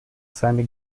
seine